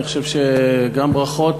אני חושב שגם ברכות,